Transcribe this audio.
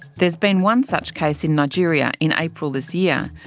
there has been one such case in nigeria, in april this year,